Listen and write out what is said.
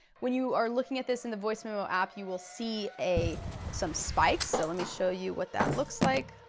when you are looking at this in the voice memo app, you will see some spikes, so let me show you what that looks like,